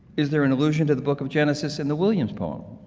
is there an allusion to the book of genesis in the williams poem?